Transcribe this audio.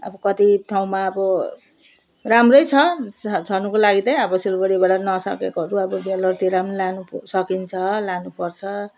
अब कति ठाउँमा अब राम्रै छ छ छनको लागि त अब सिलगढीबाट नसकेकोहरू अब भ्यालोरतिर लानु सकिन्छ लानु पर्छ